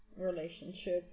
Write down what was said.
relationship